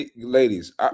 ladies